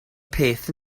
peth